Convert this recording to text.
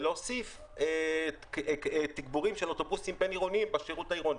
ולהוסיף תגבורים של אוטובוסים בין-עירוניים בשירות העירוני.